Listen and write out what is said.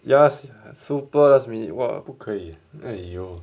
ya sia super last minute !wah! 不可以 !aiyo!